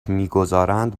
میگذارند